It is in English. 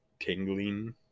tingling